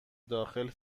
داخل